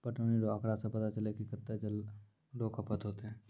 पटौनी रो आँकड़ा से पता चलै कि कत्तै जल रो खपत होतै